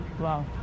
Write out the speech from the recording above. Wow